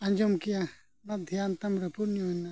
ᱟᱸᱡᱚᱢ ᱠᱮᱜᱼᱟ ᱫᱷᱮᱭᱟᱱ ᱛᱟᱢ ᱨᱟᱹᱯᱩᱫ ᱧᱚᱜ ᱮᱱᱟ